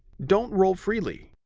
don't roll freely,